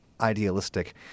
idealistic